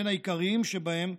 בין העיקריים שבהם: